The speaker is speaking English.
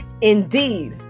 Indeed